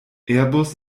airbus